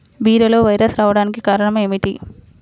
బీరలో వైరస్ రావడానికి కారణం ఏమిటి?